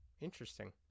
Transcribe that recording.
interesting